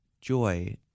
joy